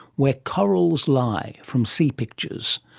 where corals lie, from sea pictures.